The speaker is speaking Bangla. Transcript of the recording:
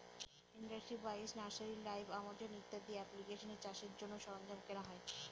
ইন্ডাস্ট্রি বাইশ, নার্সারি লাইভ, আমাজন ইত্যাদি এপ্লিকেশানে চাষের জন্য সরঞ্জাম কেনা হয়